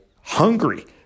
hungry